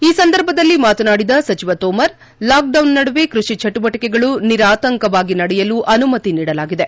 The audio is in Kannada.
ಈ ಸಂದರ್ಭದಲ್ಲಿ ಮಾತನಾದಿದ ಸಚಿವ ತೋಮರ್ ಲಾಕ್ಡೌನ್ ನಡುವೆ ಕೃಷಿ ಚಟುವಟಿಕೆಗಳು ನಿರಾತಂಕವಾಗಿ ನಡೆಯಲು ಅನುಮತಿ ನೀಡಲಾಗಿದೆ